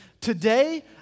Today